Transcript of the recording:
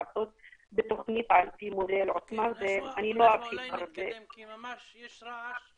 נתקדם, כי יש רעש,